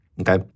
Okay